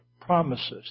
promises